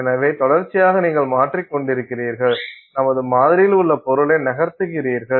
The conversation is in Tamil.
எனவே தொடர்ச்சியாக நீங்கள் மாற்றிக் கொண்டிருக்கிறீர்கள் நமது மாதிரியில் உள்ள பொருளை நகர்த்துகிறீர்கள்